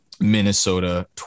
Minnesota